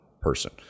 person